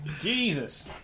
Jesus